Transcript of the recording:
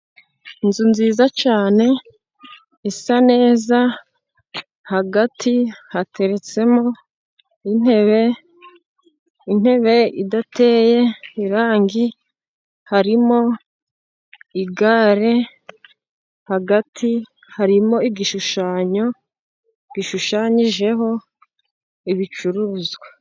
Inzu nziza cyane isa neza, hagati hateretsemo intebe, intebe idateye irangi, harimo igare, hagati harimo igishushanyo gishushanyijeho ibicuruzwa.